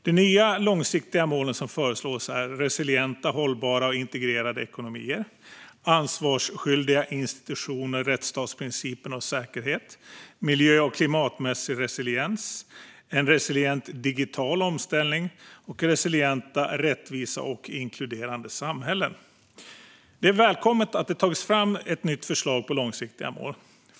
De nya långsiktiga målen som föreslås är resilienta, hållbara och integrerade ekonomier, ansvarsskyldiga institutioner, rättsstatsprincipen och säkerhet, miljö och klimatmässig resiliens, en resilient digital omställning samt resilienta, rättvisa och inkluderande samhällen. Det är välkommet att det har tagits fram ett nytt förslag på långsiktiga mål.